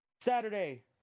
Saturday